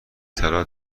طلا